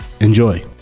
Enjoy